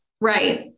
Right